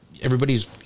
everybody's